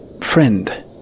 friend